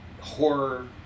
horror